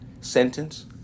Sentence